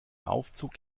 aufzug